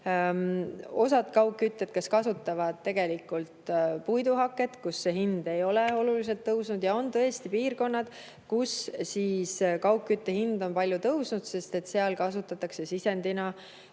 neid kaugkütjaid, kes kasutavad tegelikult puiduhaket – selle hind ei ole oluliselt tõusnud. Ja on tõesti piirkonnad, kus kaugkütte hind on tõusnud palju, sest seal kasutatakse sisendina